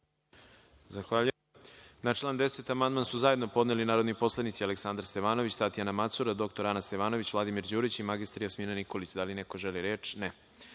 reč? (Ne.)Na član 15. amandman su zajedno podneli narodni poslanici Aleksandar Stevanović, Tatjana Macura, dr Ana Stevanović, Vladimir Đurić i mr Jasmina Nikolić. Da li neko želi reč?